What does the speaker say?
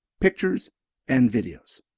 pictures and videos.